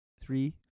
Three